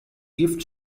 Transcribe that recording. gift